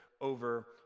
over